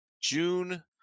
June